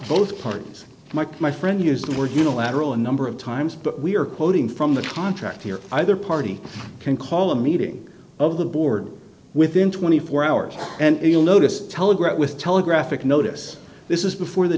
both parties mike my friend used the word unilateral a number of times but we are quoting from the contract here either party can call a meeting of the board within twenty four hours and you'll notice telegraphed with telegraphic notice this is before